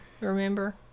Remember